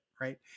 Right